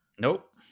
Nope